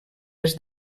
les